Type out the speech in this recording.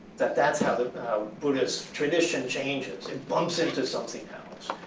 that that's how the buddhist tradition changes it bumps into something else.